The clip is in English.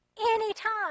Anytime